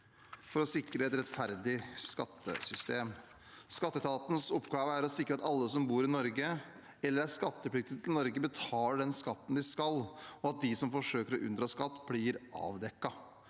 for å sikre et rettferdig skattesystem. Skatteetatens oppgave er å sikre at alle som bor i Norge eller er skattepliktig til Norge, betaler den skatten de skal, og at det blir avdekket